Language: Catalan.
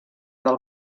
del